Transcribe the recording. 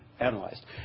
analyzed